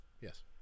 Yes